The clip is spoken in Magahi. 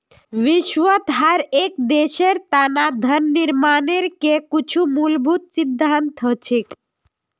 विश्वत हर एक देशेर तना धन निर्माणेर के कुछु मूलभूत सिद्धान्त हछेक